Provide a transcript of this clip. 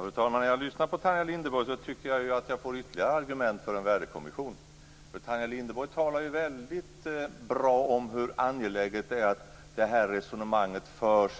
Fru talman! När jag lyssnar på Tanja Linderborg tycker jag att jag får ytterligare argument för en värdekommission. Tanja Linderborg talar ju väldigt bra om hur angeläget det är att det här resonemanget förs